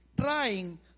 trying